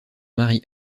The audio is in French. mari